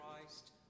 Christ